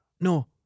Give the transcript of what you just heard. No